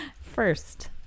First